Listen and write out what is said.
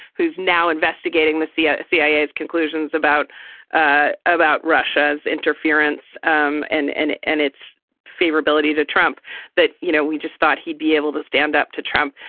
who's now investigating the cia, cia's conclusions about ah about russia's interference um and and and its favourability to trump that, you know, we just thought he'd be able to stand up to trump.